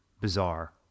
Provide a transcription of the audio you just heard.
bizarre